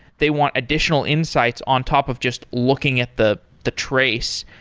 they want additional insights on top of just looking at the the trace,